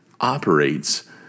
operates